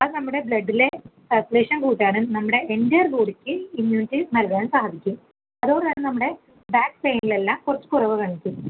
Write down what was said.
അത് നമ്മുടെ ബ്ലഡ്ഡിലെ സർക്കുലേഷൻ കൂട്ടാനും നമ്മുടെ എൻ്റയർ ബോഡിക്ക് ഇമ്മ്യൂണിറ്റി നൽകാൻ സാധിക്കും അതോടെ തന്നെ നമ്മുടെ ബാക്ക് പെയിൻ എല്ലാം കുറച്ച് കുറവ് കാണിക്കും